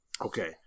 Okay